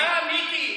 דקה, מיקי.